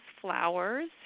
Flowers